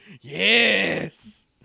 yes